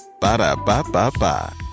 Ba-da-ba-ba-ba